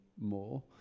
more